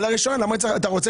למה הוא צריך